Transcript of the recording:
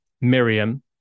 Miriam